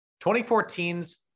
2014's